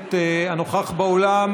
הכנסת הנוכח באולם,